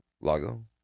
Lago